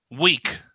Weak